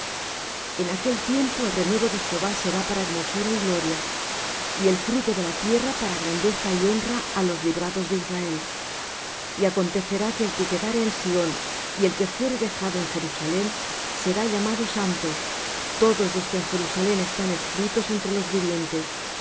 en aquel tiempo el renuevo de jehová será para hermosura y gloria y el fruto de la tierra para grandeza y honra á los librados de israel y acontecerá que el que quedare en sión y el que fuere dejado en jerusalem será llamado santo todos los que en jerusalem están escritos entre los vivientes